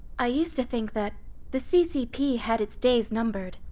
i used to think that the ccp had its days numbered,